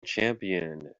champion